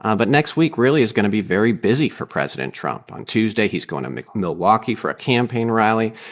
um but next week really is going to be very busy for president trump. on tuesday, he's going to milwaukee for a campaign rally.